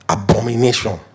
abomination